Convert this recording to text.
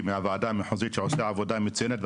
מהוועדה המחוזית שעושה עבודה מצוינת,